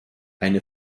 eine